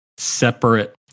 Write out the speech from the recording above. Separate